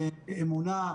אמונה,